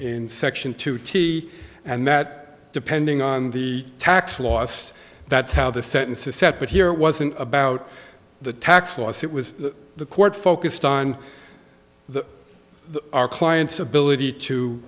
in section two t and that depending on the tax loss that's how the sentence is set but here it wasn't about the tax loss it was the court focused on the our clients ability to